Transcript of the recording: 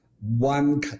one